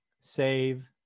save